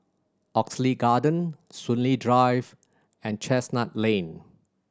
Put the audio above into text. Oxley Garden Soon Lee Drive and Chestnut Lane